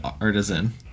Artisan